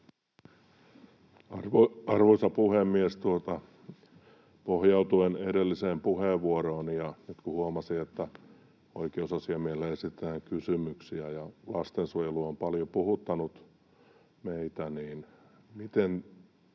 Arvoisa puhemies! Pohjautuen edelliseen puheenvuoroon, ja nyt kun huomasin, että oikeusasiamiehelle esitetään kysymyksiä: Lastensuojelu on paljon puhuttanut meitä, ja uskon,